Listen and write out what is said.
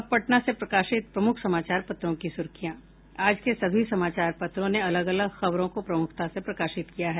अब पटना से प्रकाशित प्रमुख समाचार पत्रों की सुर्खियां आज के सभी समाचार पत्रों ने अलग अलग खबरों को प्रमुखता से प्रकाशित किया है